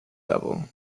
level